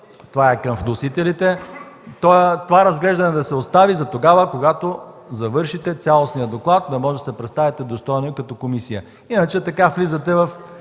това е към вносителите. Това разглеждане да се остави за тогава, когато завършите цялостния доклад, да може да се представите достойно като комисия. Иначе така влизате в